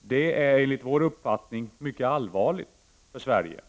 Detta är enligt vår uppfattning mycket allvarligt för landet.